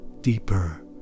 deeper